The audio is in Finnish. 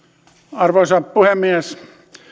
arvoisa puhemies